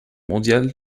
mondial